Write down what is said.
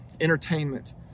entertainment